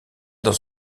dans